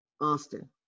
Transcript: Austin